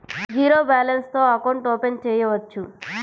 Zero balance తో account open చేయవచ్చు?